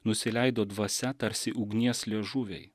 nusileido dvasia tarsi ugnies liežuviai